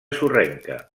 sorrenca